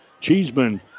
Cheeseman